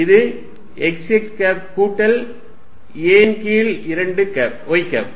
இது x x cap கூட்டல் a ன் கீழ் 2 y கேப் ஆகும்